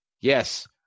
Yes